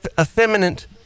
effeminate